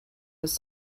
his